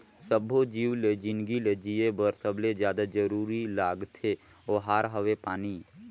सब्बो जीव ल जिनगी जिए बर सबले जादा जरूरी लागथे ओहार हवे पानी